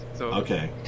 Okay